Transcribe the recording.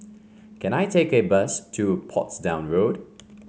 can I take a bus to Portsdown Road